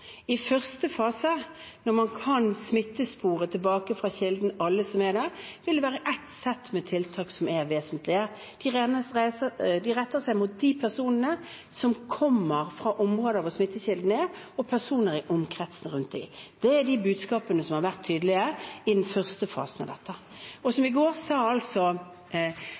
I første fase, når man kan smittespore alle tilbake til kilden, vil det være et sett med tiltak som er vesentlig. De tiltakene retter seg mot de personene som kommer fra områder hvor smittekilden er, og personer i omkretsen rundt dem. Det er de budskapene som har vært tydelige i den første fasen av dette. Som Folkehelseinstituttet og Helsedirektoratet sa på sin redegjørelse i går,